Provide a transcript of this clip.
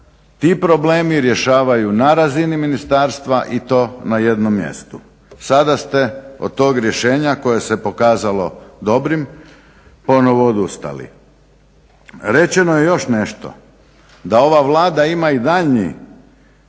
ti problemi rješavaju na razini ministarstva i to na jednom mjestu. Sada ste od tog rješenja koje se pokazalo dobrim ponovo odustali. Rečeno je još nešto, da ova Vlada ima i daljnji